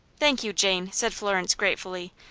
thank you, jane, said florence, gratefully.